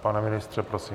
Pane ministře, prosím.